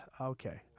okay